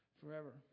forever